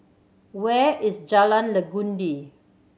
where is Jalan Legundi